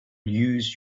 use